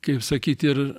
kaip sakyt ir